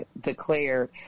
declared